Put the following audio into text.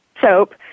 soap